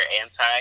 anti